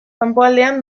kanpoaldean